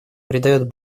придает